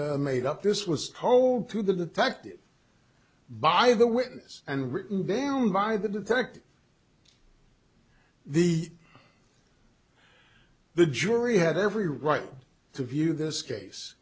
made up this was told to the fact it by the witness and written down by the detective the the jury had every right to view this case